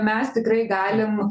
mes tikrai galim